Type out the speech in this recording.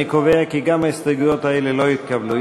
אני קובע כי גם ההסתייגויות האלה לא התקבלו.